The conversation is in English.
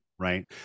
Right